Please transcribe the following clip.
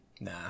Nah